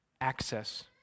access